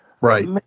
Right